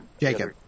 Jacob